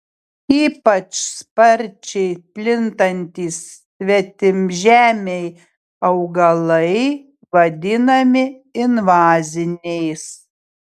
ypač sparčiai plintantys svetimžemiai augalai vadinami invaziniais